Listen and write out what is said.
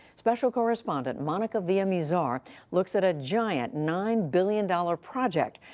special correspondent monica villamizar looks at a giant nine billion dollars project.